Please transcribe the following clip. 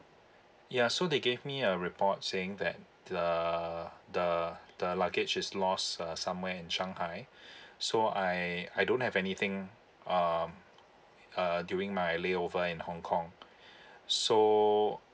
ya so they gave me a report saying that the the the luggage is lost uh somewhere in shanghai so I I don't have anything um uh during my layover in hong kong so